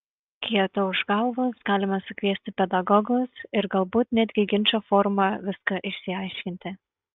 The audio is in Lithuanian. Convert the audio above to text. kai atauš galvos galima sukviesti pedagogus ir galbūt netgi ginčo forma viską išsiaiškinti